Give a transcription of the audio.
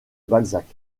balzac